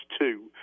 two